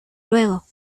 luego